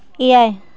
ᱮᱭᱟᱭ